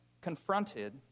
confronted